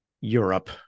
Europe